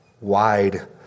wide